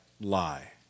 lie